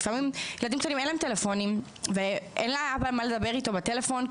ולפעמים לילדים קטנים אין טלפונים ואין לאבא מה לדבר איתו בטלפון.